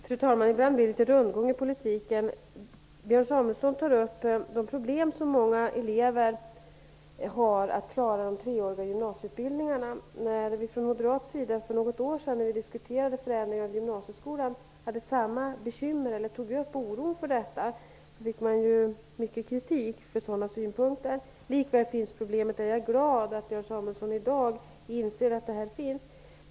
Fru talman! Ibland blir det litet rundgång i politiken. Björn Samuelson tar upp de problem som många elever har att klara de treåriga gymnasieutbildningarna. När vi i moderaterna för något år sedan, när vi diskuterade förändringen av gymnasieskolan, hade samma bekymmer fick vi mycket kritik för detta. Problemet finns likväl kvar, och jag är glad att Björn Samuelson i dag inser att det finns.